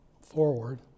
forward